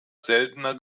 seltener